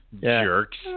Jerks